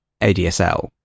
ADSL